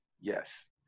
yes